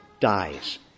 dies